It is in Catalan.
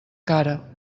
cara